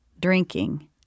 drinking